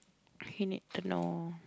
he need to know